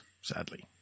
sadly